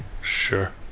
Sure